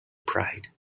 pride